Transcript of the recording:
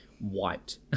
wiped